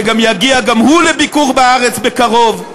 שיגיע גם הוא לביקור בארץ בקרוב,